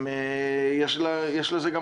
יש לזה גם